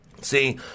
See